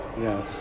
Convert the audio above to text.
Yes